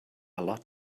lot